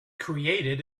created